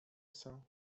chcę